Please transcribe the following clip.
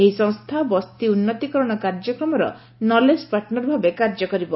ଏହି ସଂସ୍ଚା ବସ୍ତି ଉନ୍ନତୀକରଣ କାର୍ଯ୍ୟକ୍ରମର ନଲେଜ୍ ପାର୍ଟନର୍ ଭାବେ କାର୍ଯ୍ୟ କରିବ